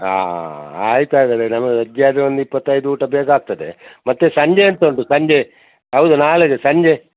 ಹಾಂ ಆಯ್ತು ಹಾಗಾದರೆ ನಮಗೆ ವೆಜ್ ಆದರೆ ಒಂದು ಇಪ್ಪತ್ತೈದು ಊಟ ಬೇಕಾಗ್ತದೆ ಮತ್ತು ಸಂಜೆ ಎಂತ ಉಂಟು ಸಂಜೆ ಹೌದು ನಾಳೆಗೆ ಸಂಜೆ